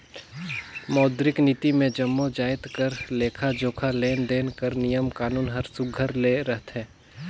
मौद्रिक नीति मे जम्मो जाएत कर लेखा जोखा, लेन देन कर नियम कानून हर सुग्घर ले रहथे